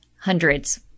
hundreds